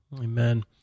Amen